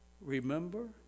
Remember